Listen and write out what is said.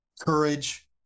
courage